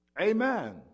Amen